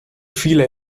viele